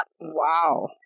wow